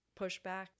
pushback